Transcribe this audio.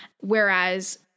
Whereas